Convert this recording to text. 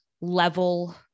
level